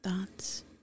thoughts